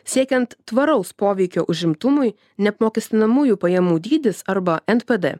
siekiant tvaraus poveikio užimtumui neapmokestinamųjų pajamų dydis arba npd